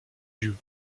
yeux